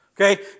Okay